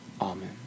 Amen